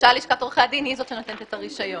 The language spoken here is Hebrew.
למשל לשכת עורכי הדין היא זאת שנותנת את הרישיון.